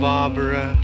Barbara